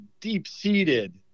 deep-seated